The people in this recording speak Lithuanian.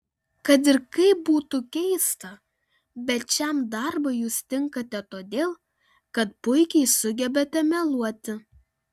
kad ir kaip būtų keista bet šiam darbui jūs tinkate todėl kad puikiai sugebate meluoti